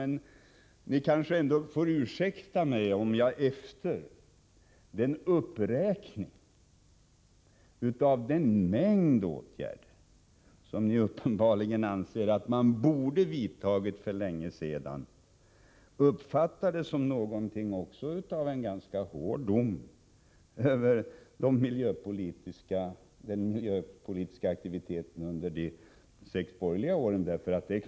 Ni får ändå ursäkta om jag, efter uppräkningen av den mängd åtgärder som ni uppenbarligen anser att man borde ha vidtagit för länge sedan, uppfattar detta som en ganska hård dom även över den miljöpolitiska aktiviteten under de sex borgerliga åren.